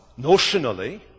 notionally